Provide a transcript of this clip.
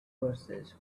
verses